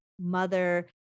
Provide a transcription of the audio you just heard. mother